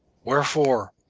wherefore,